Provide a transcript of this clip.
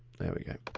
there we go.